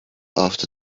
after